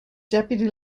deputy